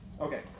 Okay